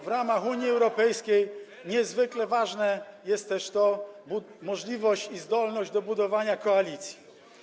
W ramach Unii Europejskiej niezwykle ważna jest też możliwość i zdolność do budowania koalicji.